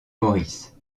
maurice